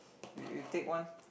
you you take one